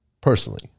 personally